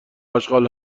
اشغال